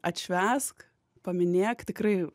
atšvęsk paminėk tikrai